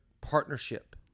partnership